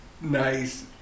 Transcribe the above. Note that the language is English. nice